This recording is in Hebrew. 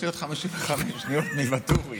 יש לי עוד 55 שניות מוואטורי.